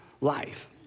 life